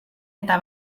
eta